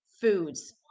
foods